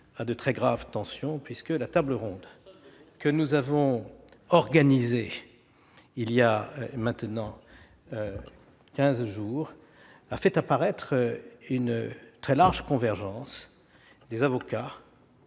de bons Samaritains !... puisque la table ronde que nous avons organisée il y a quinze jours a fait apparaître une très large convergence des avocats,